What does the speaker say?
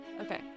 Okay